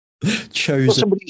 Chosen